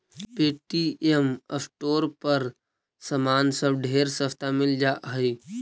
Paytm store पर समान सब ढेर सस्ता मिल जा हई